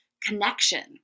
connection